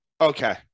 Okay